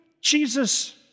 Jesus